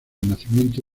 nacimiento